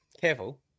Careful